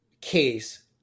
case